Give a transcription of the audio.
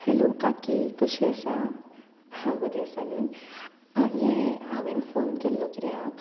hello काकी कशी आसा हां बरी आसा न्ही हें हांवेन फोन केल्लो कित्याक